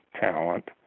talent